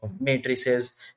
matrices